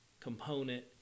component